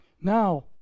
Now